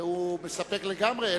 והוא מספק לגמרי,